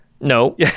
No